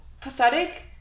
pathetic